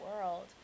world